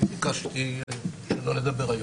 אני ביקשתי לא לדבר היום.